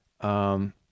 Um-